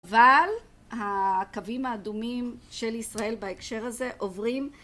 אבל הקווים האדומים של ישראל בהקשר הזה עוברים